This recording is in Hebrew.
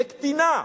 לקטינה.